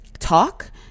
talk